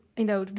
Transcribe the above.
you know,